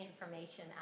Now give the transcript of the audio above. information